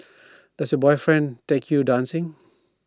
does your boyfriend take you dancing